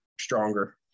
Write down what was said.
stronger